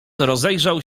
rozejrzał